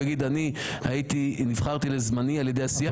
הוא יגיד נבחרתי לזמני על ידי הסיעה,